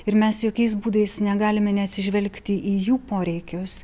ir mes jokiais būdais negalime neatsižvelgti į jų poreikius